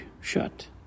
shut